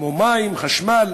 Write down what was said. כמו מים וחשמל.